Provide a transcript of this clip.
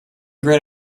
great